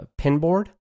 Pinboard